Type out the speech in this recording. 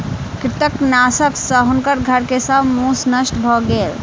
कृंतकनाशक सॅ हुनकर घर के सब मूस नष्ट भ गेल